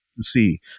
see